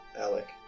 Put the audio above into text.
alec